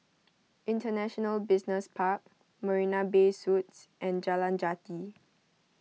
International Business Park Marina Bay Suites and Jalan Jati